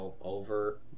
over